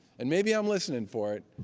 and maybe i'm listening for it,